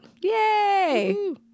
yay